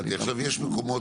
עכשיו, יש מקומות